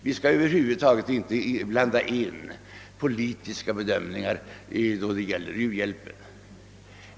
Vi skall över huvud taget inte blanda in politiska bedömningar då det gäller u-hjälpen.